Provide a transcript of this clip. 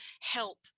help